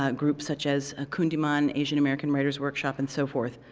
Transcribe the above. ah groups such as ah kundiman asian american writers' workshop and so forth,